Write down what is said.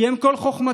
כי מהם כל חוכמתי.